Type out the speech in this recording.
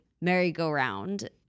merry-go-round